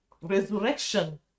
Resurrection